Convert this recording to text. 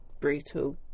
brutal